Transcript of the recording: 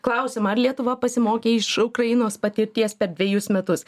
klausimą ar lietuva pasimokė iš ukrainos patirties per dvejus metus